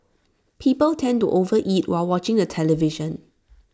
people tend to overeat while watching the television